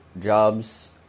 jobs